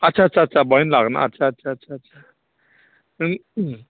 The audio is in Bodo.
आच्चा आच्चा बेवहायनो लागोन आच्चा आच्चा नों